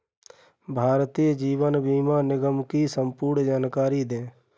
भारतीय जीवन बीमा निगम की संपूर्ण जानकारी दें?